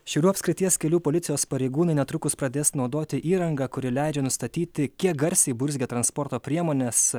šiaulių apskrities kelių policijos pareigūnai netrukus pradės naudoti įrangą kuri leidžia nustatyti kiek garsiai burzgia transporto priemonės